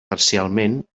parcialment